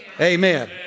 Amen